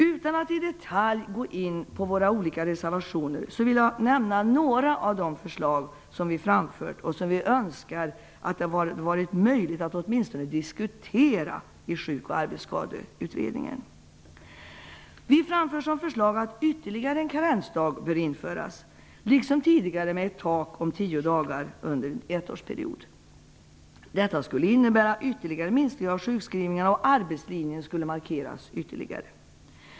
Utan att i detalj gå in på våra olika reservationer vill jag nämna några av de förslag som vi har framfört och som vi önskar att det hade varit möjligt att åtminstone diskutera i Sjuk och arbetsskadeberedningen. Vi säger i vårt förslag att ytterligare en karensdag bör införas, liksom tidigare med ett tak om tio dagar under en ettårsperiod. Detta skulle innebära ytterligare minskade sjukskrivningar, och arbetslinjen skulle markeras ytterligare.